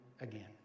again